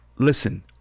Listen